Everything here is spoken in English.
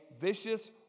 vicious